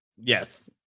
Yes